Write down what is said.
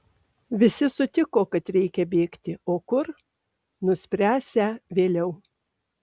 visi sutiko kad reikia bėgti o kur nuspręsią vėliau